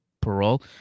parole